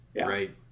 Right